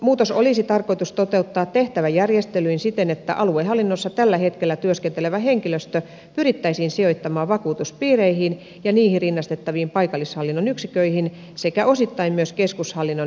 muutos olisi tarkoitus toteuttaa tehtäväjärjestelyin siten että aluehallinnossa tällä hetkellä työskentelevä henkilöstö pyrittäisiin sijoittamaan vakuutuspiireihin ja niihin rinnastettaviin paikallishallinnon yksiköihin sekä osittain myös keskushallinnon yksiköihin